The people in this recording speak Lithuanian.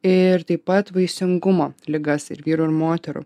ir taip pat vaisingumo ligas ir vyrų ir moterų